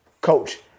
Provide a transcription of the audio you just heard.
coach